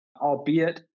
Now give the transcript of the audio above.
albeit